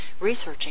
researching